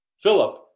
Philip